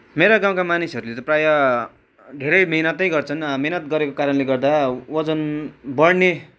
मेरा गाउँका मानिसहरूले त प्राय धेरै मिहिनेतै गर्छन् मिहिनत गरेको कारणले गर्दा वजन बढ्ने